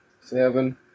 Seven